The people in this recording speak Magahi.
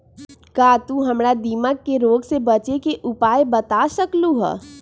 का तू हमरा दीमक के रोग से बचे के उपाय बता सकलु ह?